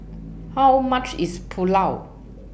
How much IS Pulao